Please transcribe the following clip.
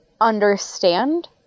understand